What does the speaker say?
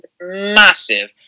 massive